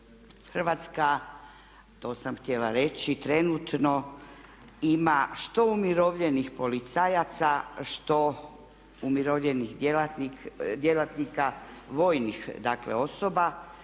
Hrvatska to sam htjela reći, trenutno ima što umirovljenih policajaca, što umirovljenih djelatnika, vojnih dakle